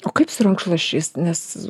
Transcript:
o kaip su rankšluosčiais nes